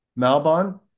Malbon